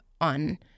on